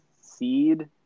seed